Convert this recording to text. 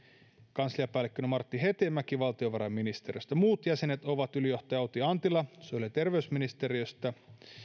kansliapäällikkönä martti hetemäki valtiovarainministeriöstä muut jäsenet ovat ylijohtaja outi antila sosiaali ja terveysministeriöstä